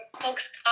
folks